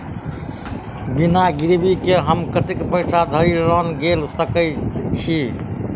बिना गिरबी केँ हम कतेक पैसा धरि लोन गेल सकैत छी?